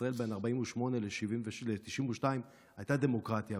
בישראל בין 48' ל-92' הייתה דמוקרטיה,